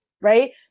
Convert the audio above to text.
right